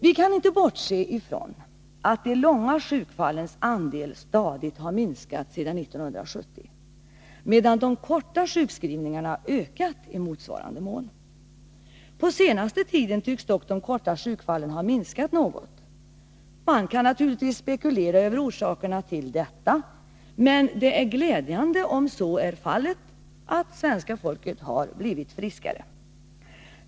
Vi kan inte bortse från att de långvariga sjukfallens andel stadigt har minskat sedan 1970, medan de kortvariga sjukskrivningarna har ökat i motsvarande mån. På senaste tiden tycks dock de kortvariga sjukfallen ha minskat något. Man kan naturligtvis spekulera över orsakerna härtill, men det är glädjande om svenska folket faktiskt har blivit friskare.